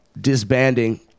disbanding